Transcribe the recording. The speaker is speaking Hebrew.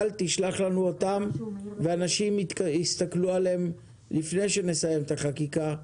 שלח לנו אותן ונקרא אותן לפני שנסיים את החקיקה.